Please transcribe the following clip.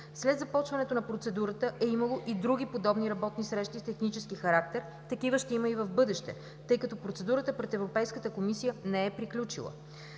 След започването на процедурата е имало и други подобни работни срещи с технически характер. Такива ще има и в бъдеще, тъй като процедурата пред Европейската комисия не е приключила.